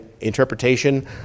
interpretation